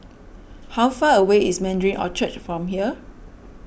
how far away is Mandarin Orchard from here